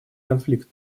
конфликт